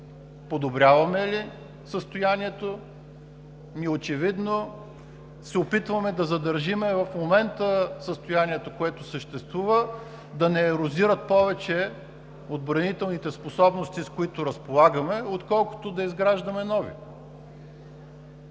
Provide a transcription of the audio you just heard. подобряваме ли състоянието? Очевидно се опитваме да задържим състоянието, което съществува в момента, да не ерозират повече отбранителните способности, с които разполагаме, отколкото да изграждаме нови.